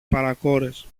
παρακόρες